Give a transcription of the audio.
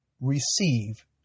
receive